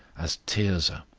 as tirzah,